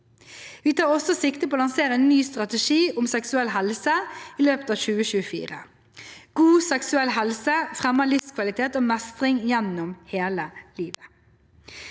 Vi tar også sikte på å lansere en ny strategi om seksuell helse i løpet av 2024. God seksuell helse fremmer livskvalitet og mestring gjennom hele livet.